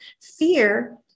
Fear